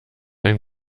ein